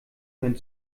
hören